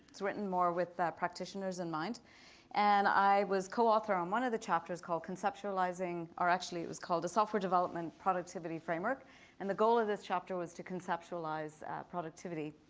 it's written more with practitioners in mind and i was co-author on one of the chapters called conceptualizing or actually it was called a software development productivity framework and the goal of this chapter was to conceptualize productivity.